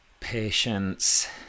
patience